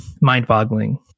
mind-boggling